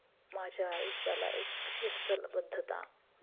माझ्या आयुष्याला एक शिस्तलबद्धता